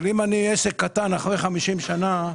אם אני עסק קטן אחרי 50 שנה,